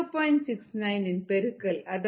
69 இன் பெருக்கல் அதாவது 40